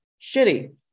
shitty